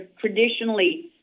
traditionally